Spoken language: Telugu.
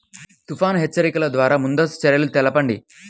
తుఫాను హెచ్చరికల ద్వార ముందస్తు చర్యలు తెలపండి?